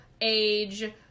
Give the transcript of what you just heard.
age